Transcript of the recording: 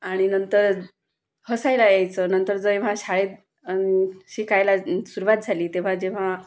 आणि नंतर हसायला यायचं नंतर जेव्हा शाळेत शिकायला सुरुवात झाली तेव्हा जेव्हा